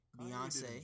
Beyonce